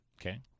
Okay